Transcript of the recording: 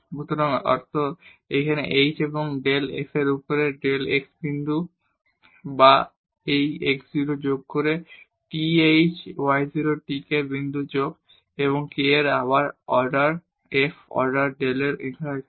সুতরাং অর্থ এখানে h এবং ডেল f এর উপরে ডেল x বিন্দু x y বা এই x 0 যোগ th y 0 t k বিন্দু যোগ k এবং আবার del f over del y এখানে